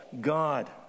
God